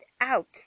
out